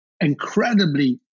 incredibly